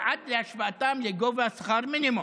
עד להשוואתן לגובה שכר המינימום.